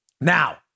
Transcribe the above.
Now